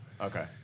Okay